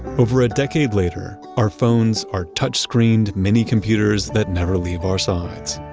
over a decade later, our phones are touch-screened mini-computers that never leave our sides.